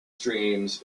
streams